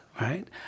right